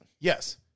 Yes